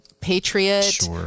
patriot